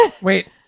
wait